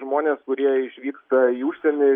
žmonės kurie išvyksta į užsienį